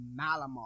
Malamar